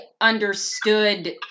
understood